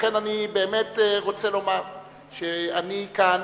לכן אני באמת רוצה לומר שאני כאן,